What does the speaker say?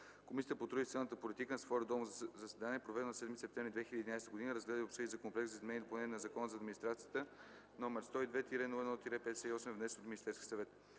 Комисията по труда и социалната политика на свое редовно заседание, проведено на 7 септември 2011 г., разгледа и обсъди Законопроект за изменение и допълнение на Закона за администрацията, № 102-01-58, внесен от Министерския съвет